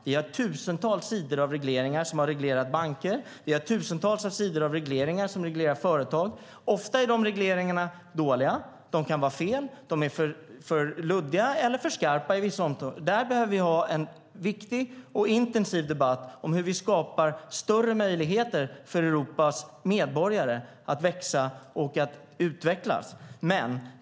Vi har tusentals sidor av regleringar som har reglerat banker. Vi har tusentals sidor av regleringar som reglerar företag. Ofta är de regleringarna dåliga. De kan vara fel. De är för luddiga eller för skarpa. Där behöver vi ha en viktig och intensiv debatt om hur vi skapar större möjligheter för Europas medborgare att växa och att utvecklas.